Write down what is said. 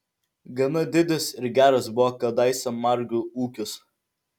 gana didis ir geras buvo kadaise margių ūkis